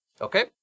Okay